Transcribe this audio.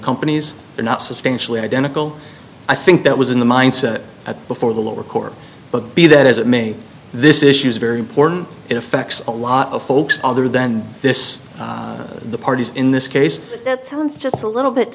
companies they're not substantially identical i think that was in the mindset of before the lower court but be that as it may this issue is very important it affects a lot of folks other than this the parties in this case it sounds just a little bit